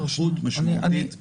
התארכות משמעותית בהליך.